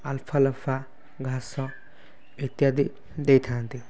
ଅଲଫା ଲାଲଫା ଘାସ ଇତ୍ୟାଦି ଦେଇଥାନ୍ତି